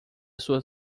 suas